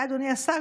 אתה אדוני השר,